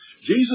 Jesus